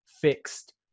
fixed